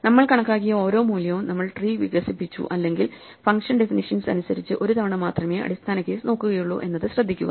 നമ്മൾ കണക്കാക്കിയ ഓരോ മൂല്യവും നമ്മൾ ട്രീ വികസിപ്പിച്ചു അല്ലെങ്കിൽ ഫംഗ്ഷൻ ഡെഫിനിഷ്യൻസ് അനുസരിച്ച് ഒരു തവണ മാത്രമേ അടിസ്ഥാന കേസ് നോക്കുകയുള്ളൂ എന്നത് ശ്രദ്ധിക്കുക